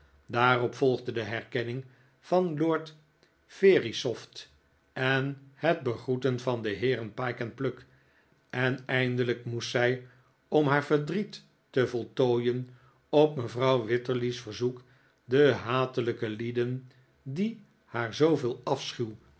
daarop volgde de herkenning van lord verisopht en het begroeten van de heeren pyke en pluck en eindelijk moest zij om haar verdriet te voltooien op mevrouw wititterly's verzoek de hatelijke lieden die haar zooveel